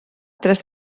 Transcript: tres